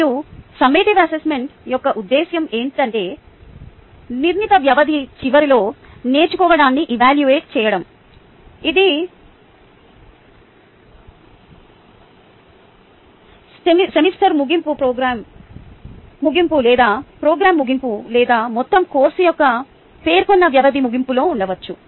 మరియు summative assessment యొక్క ఉద్దేశ్యం ఏమిటంటే నిర్ణీత వ్యవధి చివరలో నేర్చుకోవడాన్ని ఎవాల్యూట చేయడం ఇది సెమిస్టర్ ముగింపు ప్రోగ్రామ్ ముగింపు లేదా మొత్తం కోర్సు యొక్క పేర్కొన్న వ్యవధి ముగింపులో ఉండవచ్చు